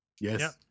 Yes